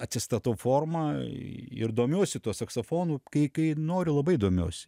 atsistatau formą ir domiuosi tuo saksofonu kai kai noriu labai domiuosi